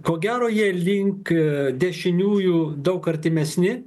ko gero jie link dešiniųjų daug artimesni